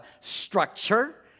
structure